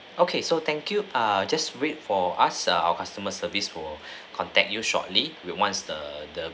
okay so thank you ah just wait for us our customer service will contact you shortly once the the